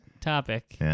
topic